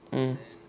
mm